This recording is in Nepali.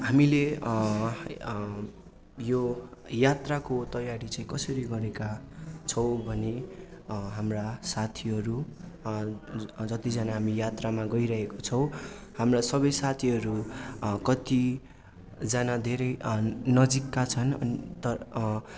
हामीले यो यात्राको तयारी चाहिँ कसरी गरेका छौँ भने हाम्रा साथीहरू जतिजना हामी यात्रामा गइरहेका छौँ हाम्रा सबै साथीहरू कतिजना धेरै नजिकका छन् अन्त